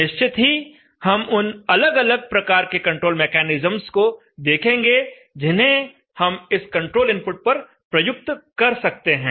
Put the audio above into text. निश्चित ही हम उन अलग अलग प्रकार के कंट्रोल मैकेनिज्म को देखेंगे जिन्हें हम इस कंट्रोल इनपुट पर प्रयुक्त कर सकते हैं